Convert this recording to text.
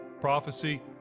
prophecy